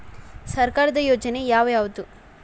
ಸರ್ಕಾರದ ಯೋಜನೆ ಯಾವ್ ಯಾವ್ದ್?